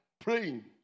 praying